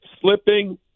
slipping